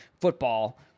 football